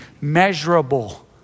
measurable